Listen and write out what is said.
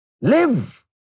Live